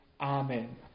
Amen